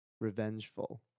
revengeful